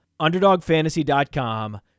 Underdogfantasy.com